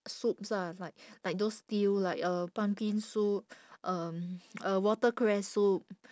soups ah like like those stew like uh pumpkin soup um watercress soup